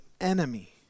enemy